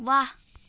वाह